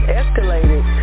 escalated